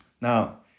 Now